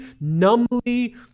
numbly